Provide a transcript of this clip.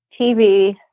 TV